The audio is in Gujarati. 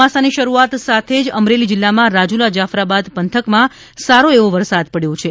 ચોમાસાની શરૂઆત સાથે અમરેલી જીલ્લામાં રાજુલા જાફરાબાદ પંથકમાં સારો એવો વરસાદ પડ્યો છે